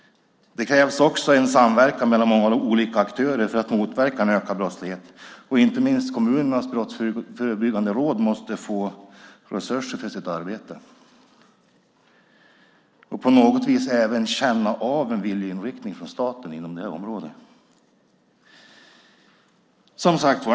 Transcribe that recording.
Det krävs också en samverkan mellan många olika aktörer för att motverka en ökad brottslighet. Inte minst måste kommunernas brottsförebyggande råd få resurser till sitt arbete och på något vis även känna av en viljeinriktning från staten på det här området.